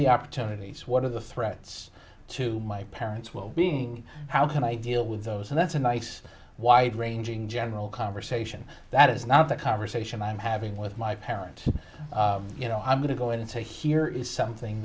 the opportunities what are the threats to my parents well being how can i deal with those and that's a nice wide ranging general conversation that is not the conversation i'm having with my parent you know i'm going to go in and say here is something